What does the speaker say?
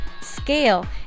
scale